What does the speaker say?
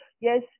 Yes